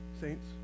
saints